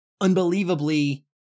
unbelievably